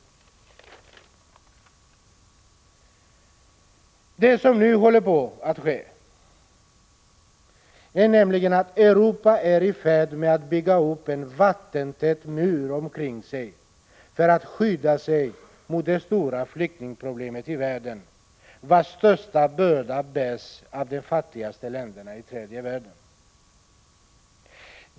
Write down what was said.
Vad som nu håller på att ske är att Europa bygger upp en vattentät mur omkring sig för att skydda sig mot det stora flyktingproblemet i världen, vars största börda bärs av de fattigaste länderna i tredje världen.